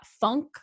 funk